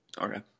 Okay